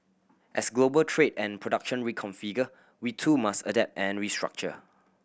as global trade and production reconfigure we too must adapt and restructure